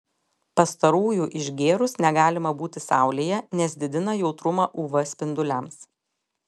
pastarųjų išgėrus negalima būti saulėje nes didina jautrumą uv spinduliams